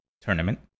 tournament